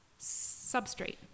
substrate